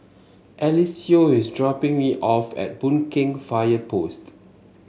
Eliseo is dropping me off at Boon Keng Fire Post